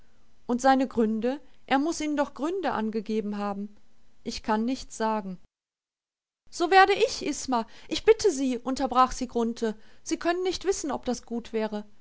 und seine gründe er muß ihnen doch gründe angegeben haben ich kann nichts sagen so werde ich isma ich bitte sie unterbrach sie grunthe sie können nicht wissen ob das gut wäre